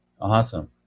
Awesome